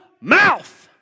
mouth